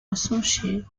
associations